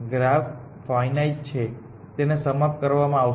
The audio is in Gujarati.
ગ્રાફ ફાઇનાઇટ છે તેને સમાપ્ત કરવામાં આવશે